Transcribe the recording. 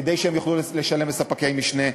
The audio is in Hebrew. כדי שהם יוכלו לשלם לספקי משנה.